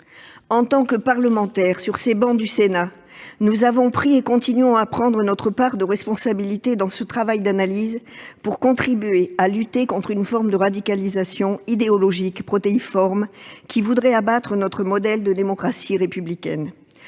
En tant que parlementaires, sur ces travées du Sénat, nous avons pris et continuons à prendre notre part de responsabilité dans ce travail d'analyse pour contribuer à lutter contre une forme de radicalisation idéologique protéiforme qui voudrait abattre notre modèle de démocratie républicaine.